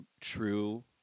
true